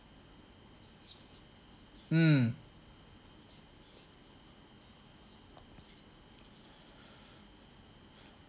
mm